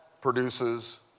produces